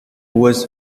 was